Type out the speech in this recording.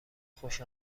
خوش